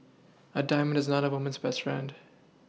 a diamond is not a woman's best friend